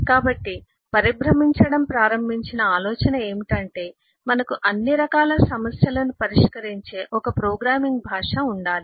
కాబట్టి పరిభ్రమించడం ప్రారంభించిన ఆలోచన ఏమిటంటే మనకు అన్ని రకాల సమస్యలను పరిష్కరించే ఒక ప్రోగ్రామింగ్ భాష ఉండాలి